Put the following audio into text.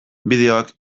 bideoak